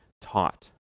taught